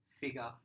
figure